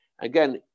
again